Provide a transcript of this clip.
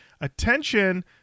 Attention